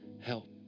help